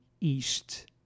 East